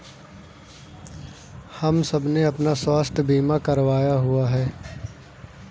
हम सबने अपना स्वास्थ्य बीमा करवाया हुआ है